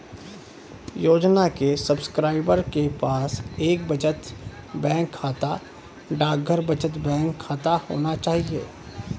योजना के सब्सक्राइबर के पास एक बचत बैंक खाता, डाकघर बचत बैंक खाता होना चाहिए